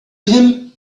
him